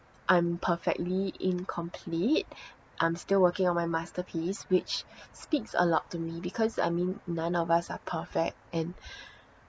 I'm perfectly incomplete I'm still working on my masterpiece which speaks a lot to me because I mean none of us are perfect and